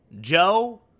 Joe